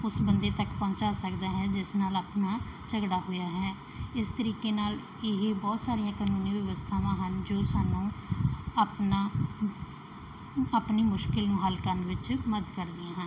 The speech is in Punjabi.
ਉਸ ਬੰਦੇ ਤੱਕ ਪਹੁੰਚਾ ਸਕਦਾ ਹੈ ਜਿਸ ਨਾਲ ਆਪਣਾ ਝਗੜਾ ਹੋਇਆ ਹੈ ਇਸ ਤਰੀਕੇ ਨਾਲ ਇਹ ਬਹੁਤ ਸਾਰੀਆਂ ਕਾਨੂੰਨੀ ਵਿਵਸਥਾਵਾਂ ਹਨ ਜੋ ਸਾਨੂੰ ਆਪਣਾ ਆਪਣੀ ਮੁਸ਼ਕਿਲ ਨੂੰ ਹੱਲ ਕਰਨ ਵਿੱਚ ਮਦਦ ਕਰਦੀਆਂ ਹਨ